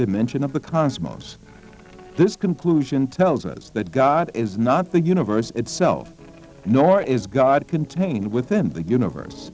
dimension of the most this conclusion tells us that god is not the universe itself nor is god contained within the universe